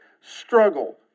struggle